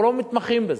אנחנו לא מתמחים בזה.